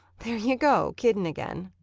there you go kiddin' again.